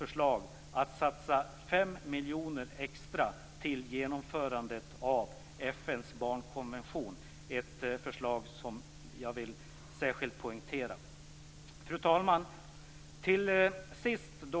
Jag vill dessutom särskilt poängtera Fru talman!